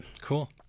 Cool